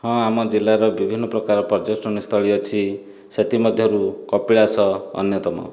ହଁ ଆମ ଜିଲ୍ଲାରେ ବିଭିନ୍ନ ପ୍ରକାର ପର୍ଯ୍ୟଟନସ୍ଥଳୀ ଅଛି ସେଥିମଧ୍ୟରୁ କପିଳାଶ ଅନ୍ୟତମ